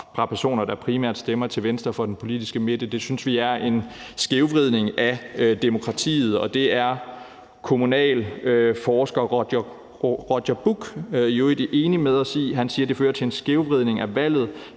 fra personer, der primært stemmer til venstre for den politiske midte. Det synes vi er en skævvridning af demokratiet, og det er kommunalforsker Roger Buch i øvrigt enig med os i. Han siger: Det fører til en skævvridning af valget,